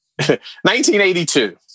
1982